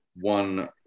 one